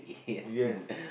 yes